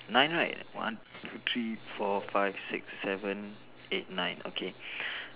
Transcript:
nine right one two three four five six seven eight nine okay